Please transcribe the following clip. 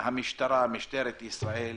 משטרת ישראל,